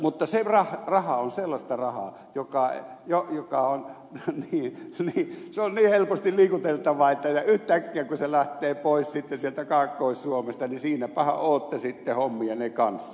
mutta se raha on sellaista rahaa joka on niin helposti liikuteltavaa että yhtäkkiä kun se lähtee pois sitten sieltä kaakkois suomesta niin siinäpähän ootte sitten hommienne kanssa